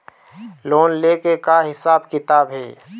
Loan ले के का हिसाब किताब हे?